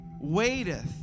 waiteth